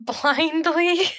blindly